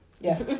Yes